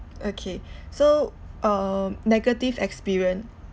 okay so um negative experience